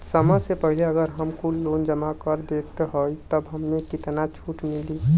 समय से पहिले अगर हम कुल लोन जमा कर देत हई तब कितना छूट मिली?